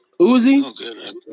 Uzi